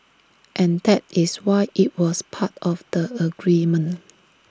and that is why IT was part of the agreement